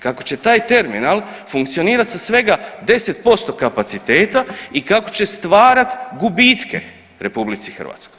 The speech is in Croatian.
Kako će taj terminal funkcionirati sa svega 10% kapaciteta i kako će stvarati gubitke RH.